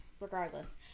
regardless